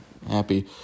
Happy